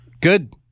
Good